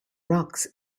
rocks